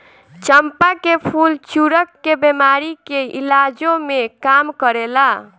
चंपा के फूल चरक के बेमारी के इलाजो में काम करेला